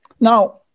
Now